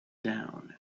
down